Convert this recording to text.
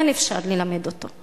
כן אפשר ללמד אותו.